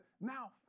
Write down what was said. Now